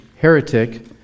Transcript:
heretic